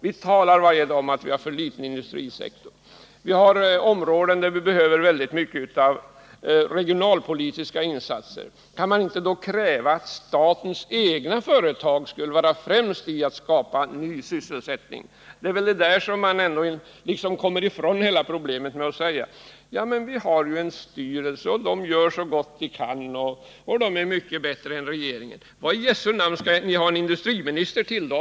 Vi talar varje dag om att vi har en för liten industrisektor. Vi har områden där det behövs stora regionalpolitiska insatser. Kan man då inte kräva att statens egna företag skall vara främst när det gäller att skapa ny sysselsättning? Man kommer nu ifrån hela problemet genom att säga: Vi har ju en styrelse som gör så gott den kan, och den är mycket bättre än regeringen. Men vad skall ni då ha en industriminister till?